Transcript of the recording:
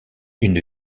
une